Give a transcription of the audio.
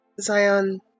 Zion